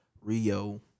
Rio